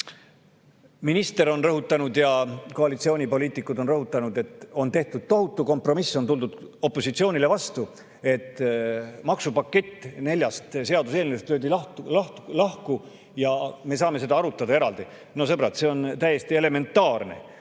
kaupa. Minister on rõhutanud ja koalitsioonipoliitikud on rõhutanud, et on tehtud tohutu kompromiss, on tuldud opositsioonile vastu, et maksupakett löödi lahku, neljaks seaduseelnõuks, ja me saame neid arutada eraldi. Sõbrad, see on täiesti elementaarne!